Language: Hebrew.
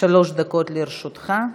שלוש דקות לרשותך.